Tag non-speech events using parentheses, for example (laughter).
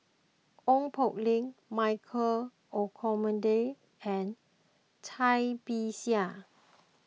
Ong Poh Lim Michael Olcomendy and Cai Bixia (noise)